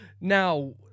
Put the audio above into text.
Now